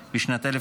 אנא.